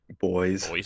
Boys